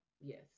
Yes